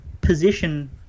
position –